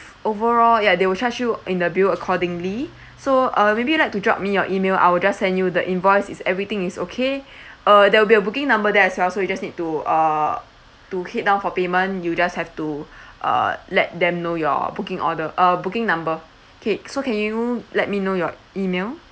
overall ya they will charge you in the bill accordingly so uh maybe you like to drop me your email I will just send you the invoice is everything is okay uh there will be a booking number there as well so you just need to uh to head down for payment you just have to uh let them know your booking order uh booking number okay so can you let me know your email